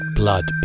blood